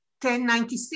1096